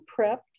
prepped